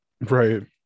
Right